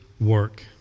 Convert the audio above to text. work